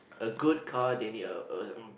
a good car they need a a